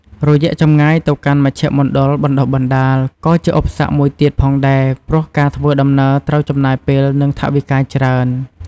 រយះចម្ងាយទៅកាន់មជ្ឈមណ្ឌលបណ្តុះបណ្តាល ក៏ជាឧបសគ្គមួយទៀតផងដែរ ព្រោះការធ្វើដំណើរត្រូវចំណាយពេល និងថវិកាច្រើន ។